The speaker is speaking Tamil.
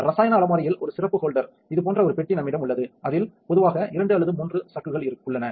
இரசாயன அலமாரியில் ஒரு சிறப்பு ஹோல்டர் இது போன்ற ஒரு பெட்டி நம்மிடம் உள்ளது அதில் பொதுவாக 2 அல்லது 3 சக்குகள் உள்ளன